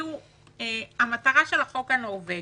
המטרה של החוק הנורווגי,